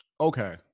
okay